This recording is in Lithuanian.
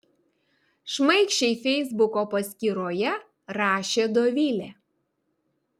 šmaikščiai feisbuko paskyroje rašė dovilė